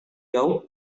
jauh